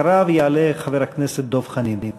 אחריו יעלה חבר הכנסת דב חנין.